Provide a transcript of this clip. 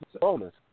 bonus